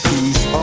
Peace